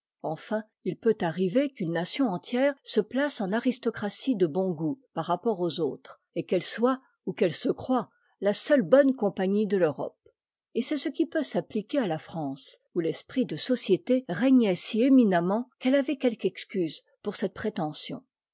enfin il peut arriver qu'une nation entière se place en aristocratie de bon goût par rapport aux autres et qu'elle soit ou qu'elle se croie la seule bonne compagnie de l'europe et c'est ce qui peut s'appliquer à la france où l'esprit de société régnait si éminemment qu'elle avait quelque excuse pour cette prétention